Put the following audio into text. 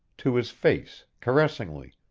to his face, caressingly,